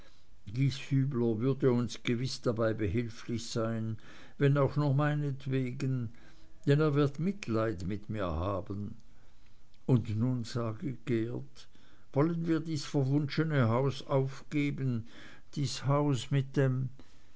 gieshübler würde uns gewiß dabei behilflich sein wenn auch nur um meinetwegen denn er wird mitleid mit mir haben und nun sage geert wollen wir dies verwunschene haus aufgeben dies haus mit dem